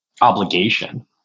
obligation